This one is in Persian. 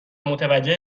متوجه